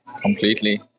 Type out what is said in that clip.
completely